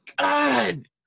god